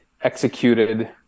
executed